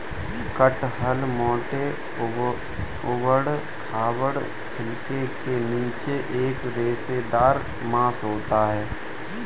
कटहल मोटे, ऊबड़ खाबड़ छिलके के नीचे एक रेशेदार मांस होता है